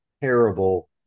terrible